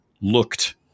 looked